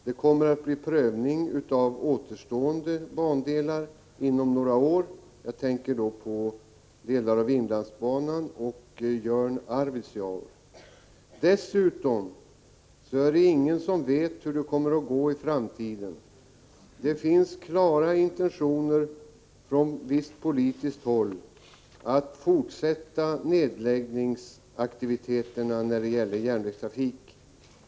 Det kommer att bli prövning av återstående bandelar inom några år — jag tänker då på delar av inlandsbanan och banan Jörn Arvidsjaur. Dessutom är det ingen som vet hur det kommer att gå i framtiden. Det finns på visst politiskt håll klara intentioner att fortsätta nedläggningsaktiviteterna när det gäller järnvägstrafiken.